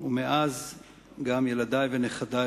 ומאז גם ילדי ונכדי,